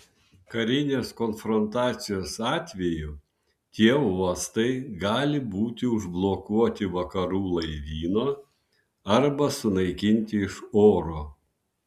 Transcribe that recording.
karinės konfrontacijos atveju tie uostai gali būti užblokuoti vakarų laivyno arba sunaikinti iš oro